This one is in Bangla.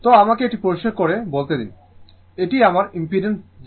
তো আমাকে এটি পরিষ্কার করে বলতে দিন এটি আমার ইম্পিডেন্স Z